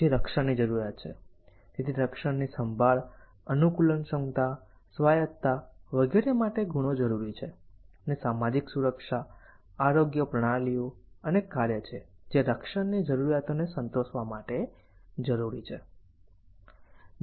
પછી રક્ષણની જરૂરિયાત છે તેથી રક્ષણની સંભાળ અનુકૂલનક્ષમતા સ્વાયત્તતા વગેરે માટે ગુણો જરૂરી છે અને સામાજિક સુરક્ષા આરોગ્ય પ્રણાલીઓ અને કાર્ય છે જે રક્ષણની જરૂરિયાતને સંતોષવા માટે જરૂરી છે